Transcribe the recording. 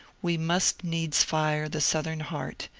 we must needs fire the southern heart,